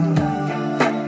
love